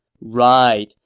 right